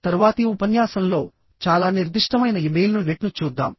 తరువాతి ఉపన్యాసంలో చాలా నిర్దిష్టమైన ఇమెయిల్ను నెట్ను చూద్దాం